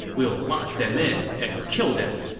we will lock them in and kill them.